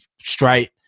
straight